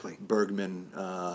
Bergman